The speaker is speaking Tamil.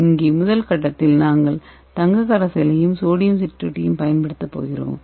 இங்கே முதல் கட்டத்தில் நீங்கள் தங்கக் கரைசலையும் சோடியம் சிட்ரேட்டையும் பயன்படுத்தப் போகிறீர்கள்